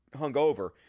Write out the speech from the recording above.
hungover